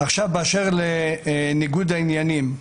באשר לניגוד העניינים,